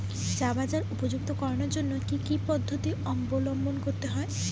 চা বাজার উপযুক্ত করানোর জন্য কি কি পদ্ধতি অবলম্বন করতে হয়?